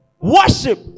worship